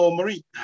Marie